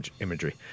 imagery